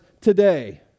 today